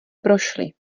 prošli